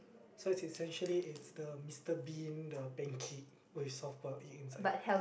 so it's essentially it's the Mister-Bean the panacke with soft-boiled egg inside